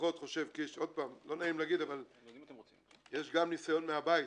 לא נעים להגיד אבל יש גם ניסיון מהבית.